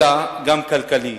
אלא גם כלכלי.